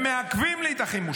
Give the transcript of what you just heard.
הם מעכבים לי את החימושים.